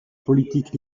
politique